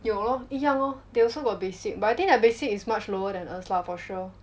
有 lor 一样 lor they also got basic but I think their basic is much lower than us lor for sure